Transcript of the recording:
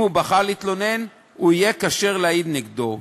אם הוא בחר להתלונן, הוא יהיה כשר להעיד נגדו.